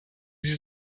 sie